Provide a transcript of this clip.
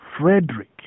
Frederick